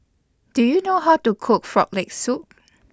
Do YOU know How to Cook Frog Leg Soup